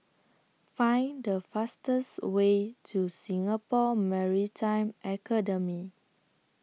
Find The fastest Way to Singapore Maritime Academy